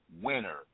winner